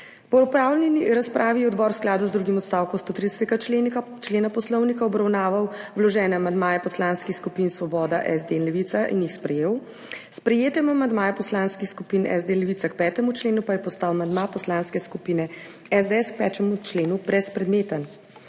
Po opravljeni razpravi je odbor v skladu z drugim odstavkom 130. člena Poslovnika obravnaval vložene amandmaje poslanskih skupin Svoboda, SD in Levica in jih sprejel. S sprejetjem amandmaja poslanskih skupin SD, Levica k 5. členu pa je postal amandma Poslanske skupine SDS k 5. členu brezpredmeten.